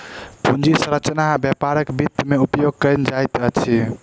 पूंजी संरचना व्यापारक वित्त में उपयोग कयल जाइत अछि